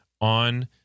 on